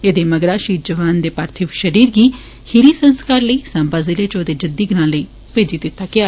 एह्दे मगरा शहीद जवान दे पार्थिव शरीर गी खीरी संस्कार लेई साम्बा ज़िले च ओह्दे जद्दी ग्रां लेई भेजी दित्ता गेआ